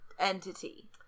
entity